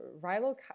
Rilo